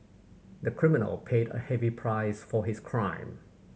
the criminal paid a heavy price for his crime